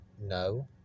No